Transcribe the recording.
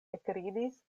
ekridis